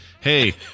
Hey